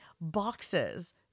boxes